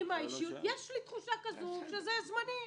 יש לי תחושה כזו שזה זמני.